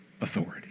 authority